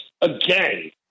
again